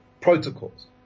protocols